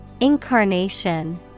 Incarnation